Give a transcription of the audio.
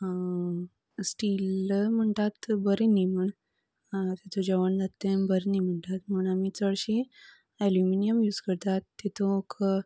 still म्हणटात बरें न्ही म्हण तितूंत जेवण जाता तें बरें न्ही म्हणटात म्हण आमी चडशीं एलुमिनीयम यूज करतात तितूंत